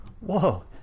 Whoa